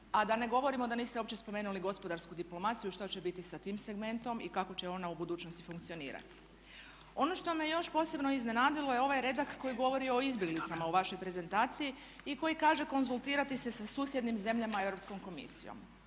A da ne govorimo da niste uopće spomenuli gospodarsku diplomaciju, što će biti sa tim segmentom i kako će ona u budućnosti funkcionirati. Ono što me još posebno iznenadilo je ovaj redak koji govori o izbjeglicama u vašoj prezentaciji i koji kaže konzultirati se sa susjednim zemljama i Europskom komisijom.